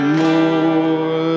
more